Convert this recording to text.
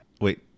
wait